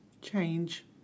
Change